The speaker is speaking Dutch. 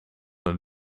een